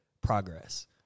progress